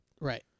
Right